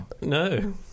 No